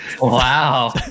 Wow